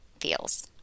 feels